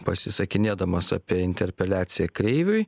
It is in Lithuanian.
pasisakinėdamas apie interpeliaciją kreiviui